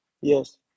Yes